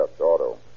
auto